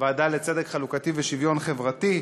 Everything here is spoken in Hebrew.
ועדה לצדק חלוקתי ולשוויון חברתי.